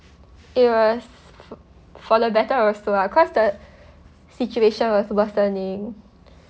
it was for the better also lah cause the situation was worsening